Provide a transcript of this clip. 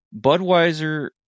Budweiser